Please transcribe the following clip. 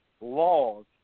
laws